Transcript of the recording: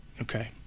Okay